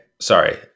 Sorry